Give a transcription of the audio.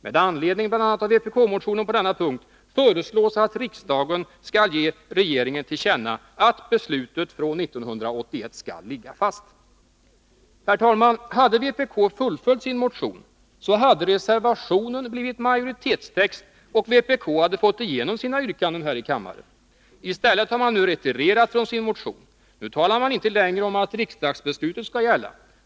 Med anledning av bl.a. vpk-motionen på denna punkt föreslås att riksdagen skall ge regeringen till känna att beslutet från 1981 skall ligga fast. Herr talman! Hade vpk fullföljt sin motion, hade reservationen blivit majoritetstext och vpk hade fått igenom sina yrkanden här i kammaren. I stället har man nu retirerat från sin motion. Nu talar man inte längre om att riksdagsbeslutet skall gälla.